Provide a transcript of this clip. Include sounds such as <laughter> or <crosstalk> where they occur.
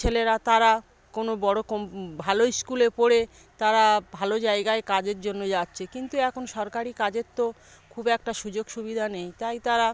ছেলেরা তারা কোনো বড় <unintelligible> ভালো স্কুলে পড়ে তারা ভালো জায়গায় কাজের জন্য যাচ্ছে কিন্তু এখন সরকারি কাজের তো খুব একটা সুযোগ সুবিধা নেই তাই তারা